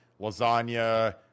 lasagna